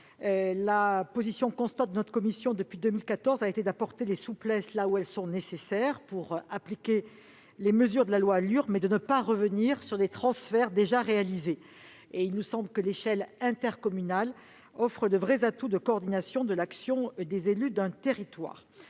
La position constante de notre commission, depuis 2014, a été d'apporter les souplesses là où elles sont nécessaires pour appliquer les mesures de la loi ALUR, mais de ne pas revenir sur les transferts déjà réalisés. L'échelle intercommunale nous semble offrir de véritables atouts en termes de coordination de l'action des élus d'un territoire.